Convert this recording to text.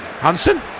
Hansen